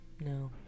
No